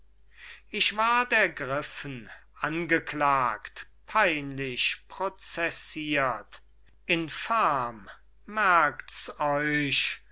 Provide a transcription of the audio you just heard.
ich ward ergriffen angeklagt peinlich processirt infam merkts euch